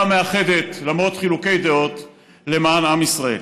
המאחדת למרות חילוקי דעות למען עם ישראל.